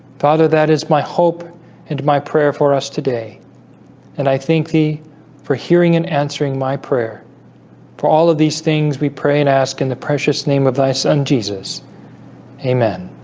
father that is my hope and my prayer for us today and i think the for hearing and answering my prayer for all of these things we pray and ask in the precious name of thy son jesus amen